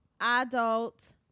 Adult